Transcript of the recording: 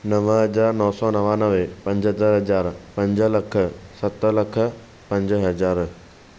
नव हज़ार नव सौ नवानवे पंजहतरि हज़ार पंज लख सत लख पंज हज़ार